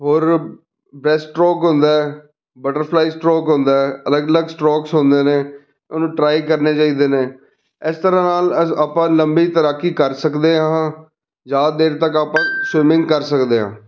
ਔਰ breast stroke ਹੁੰਦਾ butterfly stroke ਹੁੰਦਾ ਅਲੱਗ ਅਲੱਗ ਸਟਰੋਕਸ ਹੁੰਦੇ ਨੇ ਉਹਨੂੰ ਟਰਾਈ ਕਰਨੇ ਚਾਹੀਦੇ ਨੇ ਇਸ ਤਰ੍ਹਾਂ ਨਾਲ ਅ ਆਪਾਂ ਲੰਬੀ ਤੈਰਾਕੀ ਕਰ ਸਕਦੇ ਹਾਂ ਜ਼ਿਆਦਾ ਦੇਰ ਤੱਕ ਆਪਾਂ ਸਵੀਮਿੰਗ ਕਰ ਸਕਦੇ ਹਾਂ